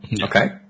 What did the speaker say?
Okay